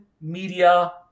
media